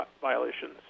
violations